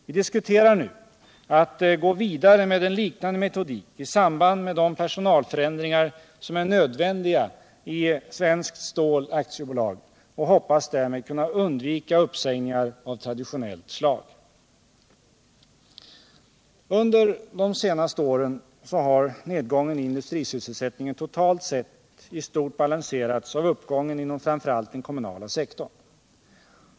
Vi diskuterar nu att gå vidare med en liknande metodik i samband med de personalförändringar som är nödvändiga i Svenskt Stål AB och hoppas därmed kunna undvika uppsägningar av traditionellt slag. Under de senaste åren har nedgången i industrisysselsättningen totalt sett i stort balanserats av uppgången inom framför allt den kommunala sektorn.